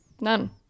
None